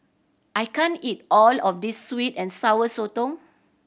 I can't eat all of this sweet and Sour Sotong